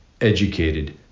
educated